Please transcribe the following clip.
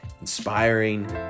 inspiring